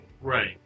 Right